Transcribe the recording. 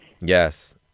Yes